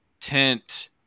Tent